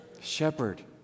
Shepherd